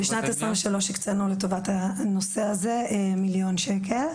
בשנת 2023 הקצינו לטובת הנושא הזה מיליון שקל.